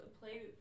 play